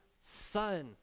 son